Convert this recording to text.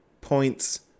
points